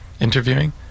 interviewing